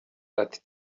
ati